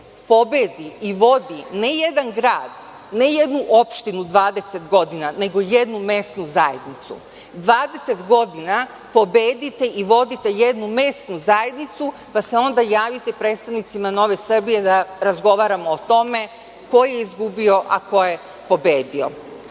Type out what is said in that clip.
pobedi i vodi ne jedan grad, ne jednu opštinu 20 godina, nego jednu mesnu zajednicu. Dvadeset godina pobedite i vodite jednu mesnu zajednicu, pa se onda javite predstavnicima Nove Srbije da razgovaramo o tome ko je izgubio, a ko je pobedio. To